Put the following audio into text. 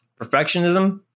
Perfectionism